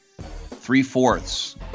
three-fourths